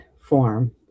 form